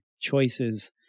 choices